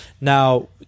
now